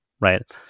right